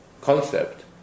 concept